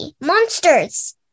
Monsters